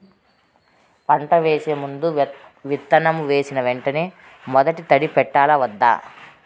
పంట వేసే ముందు, విత్తనం వేసిన వెంటనే మొదటి తడి పెట్టాలా వద్దా?